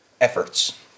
efforts